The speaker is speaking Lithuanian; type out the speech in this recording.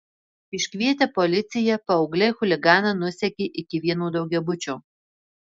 iškvietę policiją paaugliai chuliganą nusekė iki vieno daugiabučio